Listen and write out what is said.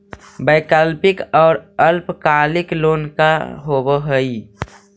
वैकल्पिक और अल्पकालिक लोन का होव हइ?